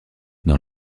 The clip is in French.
dans